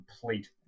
complete